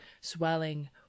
swelling